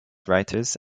writers